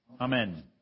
Amen